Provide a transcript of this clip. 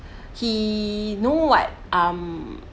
he know what um